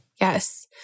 Yes